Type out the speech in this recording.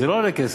זה לא עולה כסף.